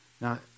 Now